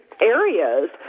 areas